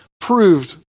proved